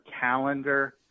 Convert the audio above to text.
calendar